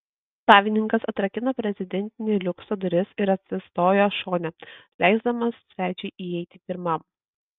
savininkas atrakino prezidentinio liukso duris ir atsistojo šone leisdamas svečiui įeiti pirmam